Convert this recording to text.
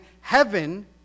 heaven